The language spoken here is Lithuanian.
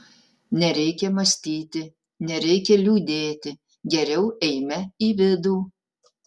nereikia mąstyti nereikia liūdėti geriau eime į vidų